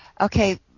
okay